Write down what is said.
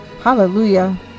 hallelujah